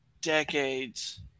decades